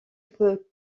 peut